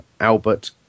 Albert